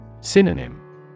Synonym